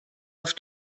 auf